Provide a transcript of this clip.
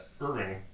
Irving